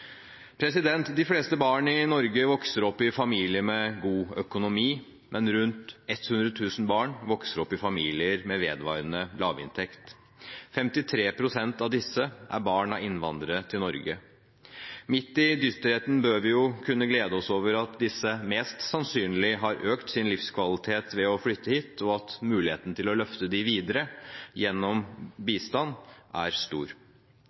De fleste barn i Norge vokser opp i familier med god økonomi, men rundt 100 000 barn vokser opp i familier med vedvarende lavinntekt. 53 pst. av disse er barn av innvandrere til Norge. Midt i dysterheten bør vi kunne glede oss over at disse mest sannsynlig har økt sin livskvalitet ved å flytte hit, og at muligheten til å løfte dem videre gjennom bistand er stor.